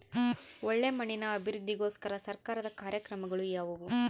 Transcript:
ಒಳ್ಳೆ ಮಣ್ಣಿನ ಅಭಿವೃದ್ಧಿಗೋಸ್ಕರ ಸರ್ಕಾರದ ಕಾರ್ಯಕ್ರಮಗಳು ಯಾವುವು?